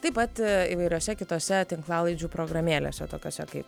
taip pat įvairiose kitose tinklalaidžių programėlėse tokiose kaip